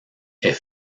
est